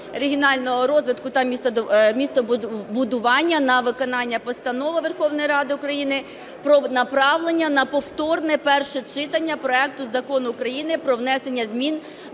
регіонального розвиту та містобудування на виконання Постанови Верховної Ради України про направлення на повторне перше читання проекту Закону України про внесення змін